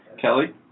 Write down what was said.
Kelly